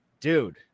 dude